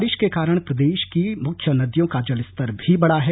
बारिश के कारण प्रदेश की मुख्य नदियों का जलस्तर भी बढ़ा है